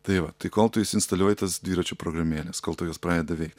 tai va tai kol tu įsiinstaliavai tas dviračių programėles kol tau jos pradeda veikt